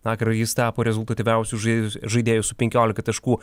vakar jis tapo rezultatyviausiu žai žaidėju su penkiolika taškų